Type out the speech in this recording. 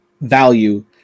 value